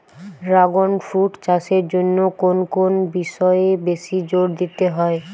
Dragon fruit চাষের জন্য কোন কোন বিষয়ে বেশি জোর দিতে হয়?